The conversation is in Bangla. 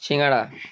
সিঙ্গাড়া